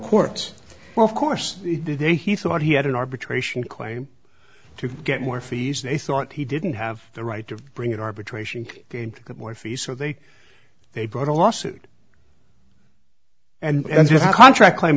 court well of course he did a he thought he had an arbitration claim to get more fees they thought he didn't have the right to bring in arbitration again to get more fees so they they brought a lawsuit and the contract claim